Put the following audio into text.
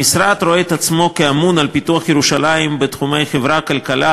המשרד רואה את עצמו כממונה על פיתוח ירושלים בתחומי חברה וכלכלה,